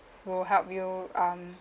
will help you um